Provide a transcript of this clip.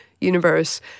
universe